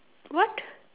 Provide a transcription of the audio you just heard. what